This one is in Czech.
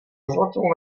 zlatou